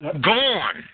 Gone